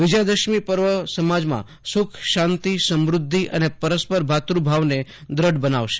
વિજયા દશમી પર્વ સમાજમાં સુખ શાંતિ સમૃદ્ધિ અને પરસ્પર ભ્રાતૃભાવને વધુ દેઢ બનાવશે